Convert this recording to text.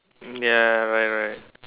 ya right right